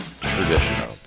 traditional